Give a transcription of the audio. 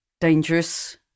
dangerous